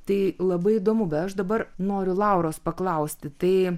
tai labai įdomu bet aš dabar noriu lauros paklausti tai